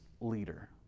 leader